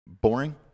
boring